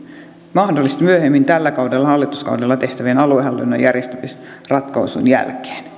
mahdollisesti myöhemmin tällä hallituskaudella tehtävän aluehallinnon järjestämisratkaisun jälkeen